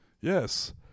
Yes